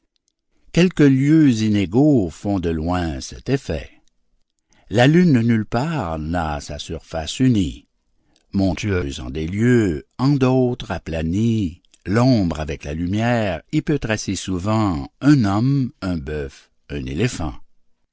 quelques lieux inégaux font de loin cet effet la lune nulle part n'a sa surface unie montueuse en des lieux en d'autres aplanie l'ombre avec la lumière y peut tracer souvent un homme un bœuf un éléphant